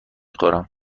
خورم